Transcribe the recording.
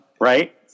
Right